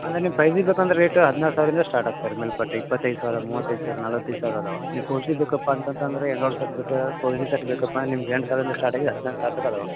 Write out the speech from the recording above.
ಅಂದರೆ ನಿಮ್ಮ ಪ್ರೈಸಿಗೆ ಬೇಕಂದ ರೇಟ್ ಹದಿನಾರು ಸಾವಿರದಿಂದ ಸ್ಟಾರ್ಟ್ ಆಗ್ತದೆ ಮೇಲ್ಪಟ್ಟೆ ಇಪ್ಪತ್ತೈದು ಸಾವಿರ ಮೂವತ್ತೈದು ಸಾವಿರ ನಲವತ್ತೈದು ಸಾವಿರ ಅದಾವ ನೀವು ಫೋರ್ ಜಿ ಬೇಕಪ್ಪ ಅಂತಂತಂದರೆ ಆ್ಯಂಡ್ರಾಯ್ಡ್ ಸೆಟ್ ಬಿಟ್ಟು ಫೋರ್ ಜಿ ಸೆಟ್ ಬೇಕಪ್ಪ ನಿಮಗೆ ಎಂಟು ಸಾವಿರದಿಂದ ಸ್ಟಾರ್ಟ್ ಆಗಿ ಹದಿನಾಲ್ಕು ಸಾವಿರ ತನಕ ಅದಾವ